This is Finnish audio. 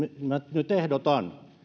nyt ehdotan